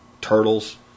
turtles